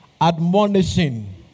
admonishing